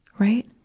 right.